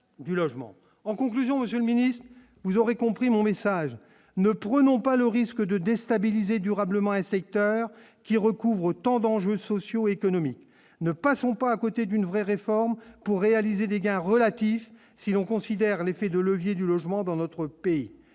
en conclusion, Monsieur le Ministre, vous aurez compris mon message ne prenons pas le risque de déstabiliser durablement un secteur qui recouvre tendant je me socio-économique ne passons pas à côté d'une vraie réforme pour réaliser des gains relatifs si on considère l'effet de levier du logement dans notre pays,